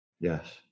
yes